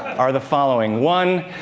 are the following one,